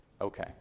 Okay